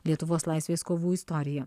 lietuvos laisvės kovų istorija